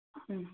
ம்